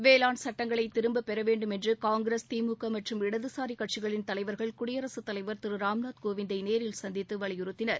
வேளாண் சுட்டங்களை திரும்பப்பெற வேண்டும் என்று காங்கிரஸ் திமுக மற்றும் இடதுசாரி கட்சிகளின் தலைவர்கள் குடியரசுத் தலைவர் திரு ராம்நாத் கோவிந்தை நேரில் சந்தித்து வலியுறுத்தினர்